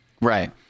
right